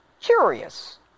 Curious